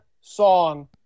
song